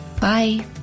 Bye